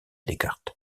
descartes